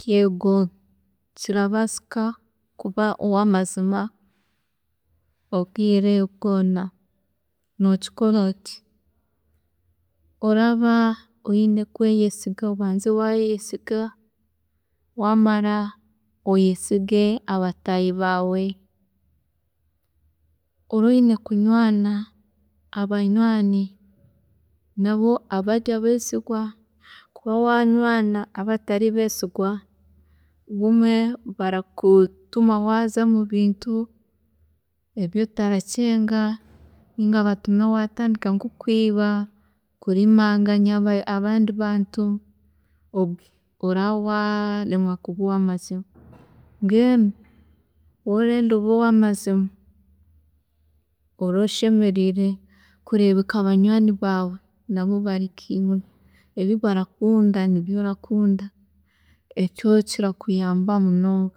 Yeego kirabaasika kuba owamazima obwiire bwoona. Nokikora oti, oraba oyine kweyesiga obanze waayeyesiga wamara oyesige abataahi baawe, oraba oyine kunywaana abanywaani nabo abari abesigwa kuba wanywaana abatari besigwa bumwe barakutuma waaza omubintu ebi otaracenga ninga batume waatandika nkokwiiba, kurimanganya abandi bantu obwe oraba waremwa kuba owamazima. Mbwenu waaba orenda obe owamazima oraba oshemeriire kureebeka banywaani baawe nabo bari nkiiwe, ebi barakunda niiwe nibyo orakunda, ekyo kirakuyamba munongaobwiire bwoona.